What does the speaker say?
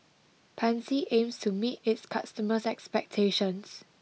Pansy aims to meet its customers' expectations